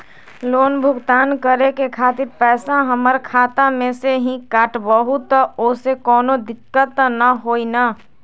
Loan भुगतान करे के खातिर पैसा हमर खाता में से ही काटबहु त ओसे कौनो दिक्कत त न होई न?